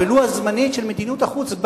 ולו הזמנית של מדיניות החוץ,